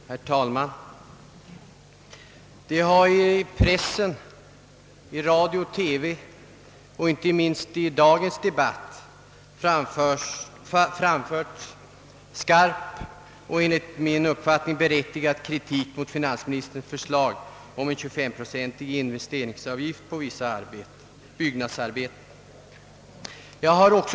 Herr talman! Det har i pressen, i radio och TV och inte minst i dagens debatt framförts skarp och enligt min uppfattning berättigad kritik mot finansministerns förslag om en 25-procentig investeringsavgift på vissa byggnadsarbeten.